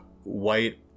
white